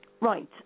right